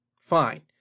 Fine